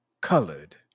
colored